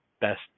best